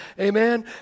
Amen